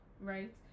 right